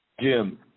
Jim